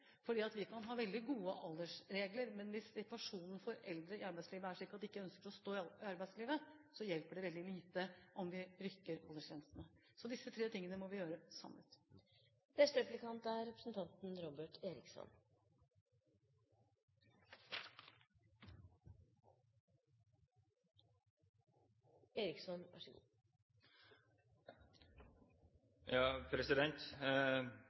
vi ser. Vi kan ha veldig gode aldersregler, men hvis situasjonen for eldre i arbeidslivet er slik at de ikke ønsker å stå i arbeid, hjelper det veldig lite om vi forrykker aldersgrensene. Så disse tre tingene må vi gjøre